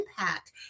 impact